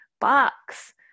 box